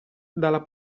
dalla